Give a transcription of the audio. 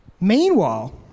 Meanwhile